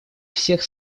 всех